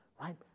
right